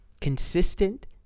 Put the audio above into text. consistent